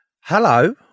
Hello